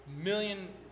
million